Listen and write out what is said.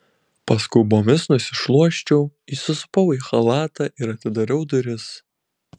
paskubomis nusišluosčiau įsisupau į chalatą ir atidariau duris